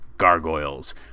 gargoyles